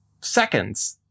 seconds